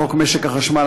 בחוק משק החשמל,